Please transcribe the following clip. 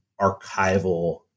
archival